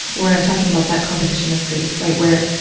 where i'm talking about that competition of grief, right, where,